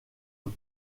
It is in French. eux